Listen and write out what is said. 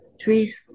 trees